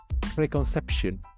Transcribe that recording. preconception